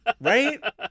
Right